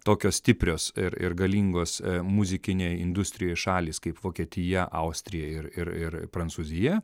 tokios stiprios ir ir galingos muzikinėj industrijoj šalys kaip vokietija austrija ir ir ir prancūzija